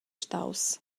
staus